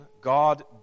God